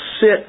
sit